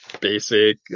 basic